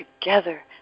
together